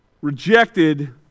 Rejected